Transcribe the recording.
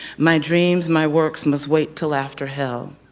my dreams, my works, must wait till after hell.